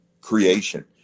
creation